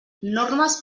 normes